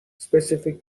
specific